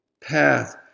path